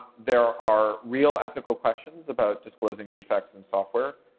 there are real ethical questions about disclosing defects in software.